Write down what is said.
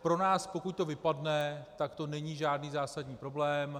Pro nás, pokud to vypadne, tak to není žádný zásadní problém.